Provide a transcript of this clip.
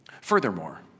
Furthermore